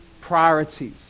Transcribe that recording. priorities